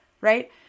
right